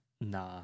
nah